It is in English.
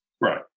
Right